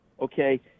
okay